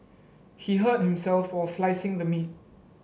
he hurt himself while slicing the meat